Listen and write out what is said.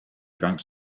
drank